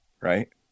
right